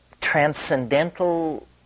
Transcendental